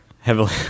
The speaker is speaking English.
Heavily